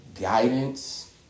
guidance